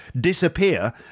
disappear